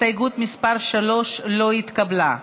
הסתייגות מס' 3 לא התקבלה.